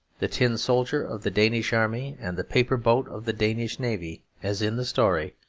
the tin soldier of the danish army and the paper boat of the danish navy, as in the story,